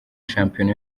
shampiona